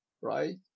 right